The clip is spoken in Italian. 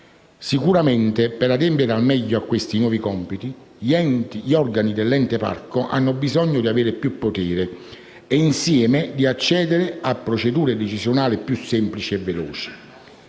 Sicuramente per adempiere al meglio a questi nuovi compiti, gli organi dell'Ente parco hanno bisogno di avere più potere e, insieme, di accedere a procedure decisionali più semplici e veloci.